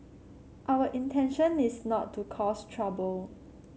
our intention is not to cause trouble